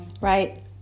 right